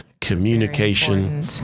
communication